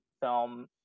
film